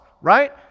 right